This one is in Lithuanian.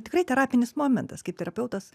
tikrai terapinis momentas kaip terapeutas